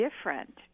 different